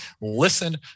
listen